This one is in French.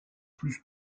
plus